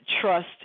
Trust